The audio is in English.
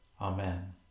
Amen